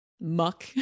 muck